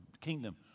kingdom